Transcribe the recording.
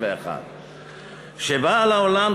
שבאה לעולם,